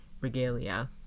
regalia